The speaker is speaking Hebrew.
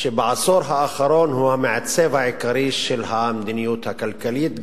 שבעשור האחרון הוא המעצב העיקרי של המדיניות הכלכלית,